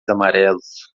amarelos